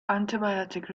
antibiotic